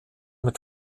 mit